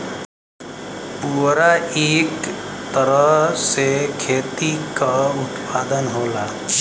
पुवरा इक तरह से खेती क उत्पाद होला